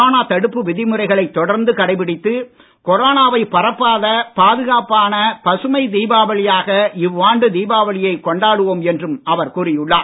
corona தடுப்பு விதிமுறைகளைத் தொடர்ந்து கடைபிடித்து கொரோனாவை பரப்பாத பாதுகாப்பான பசுமை தீபாவளியாக இவ்வாண்டு தீபாவளியைக் கொண்டாடுவோம் என்றும் அவர் கூறியுள்ளார்